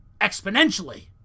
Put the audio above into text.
exponentially